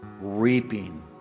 reaping